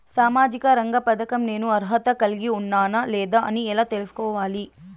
సామాజిక రంగ పథకం నేను అర్హత కలిగి ఉన్నానా లేదా అని ఎలా తెల్సుకోవాలి?